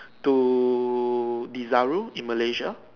to Desaru in Malaysia